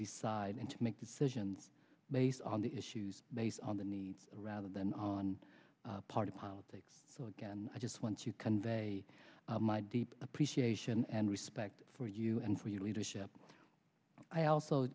decide and to make decisions based on the issues based on the needs rather than on party politics so again i just want to convey my deep appreciation and respect for you and for your leadership i also